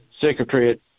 secretary